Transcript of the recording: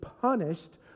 punished